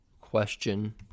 question